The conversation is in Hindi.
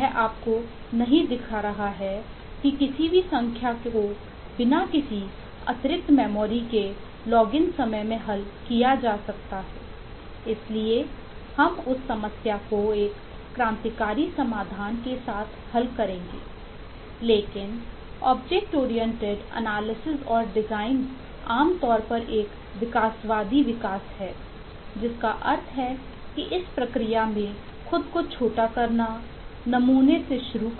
यह आपको नहीं दिखा रहा है कि किसी भी संख्या को बिना किसी अतिरिक्त मेमोरी के लॉगिन तक